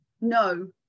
no